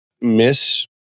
miss